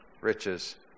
riches